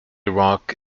rock